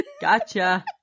Gotcha